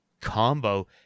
combo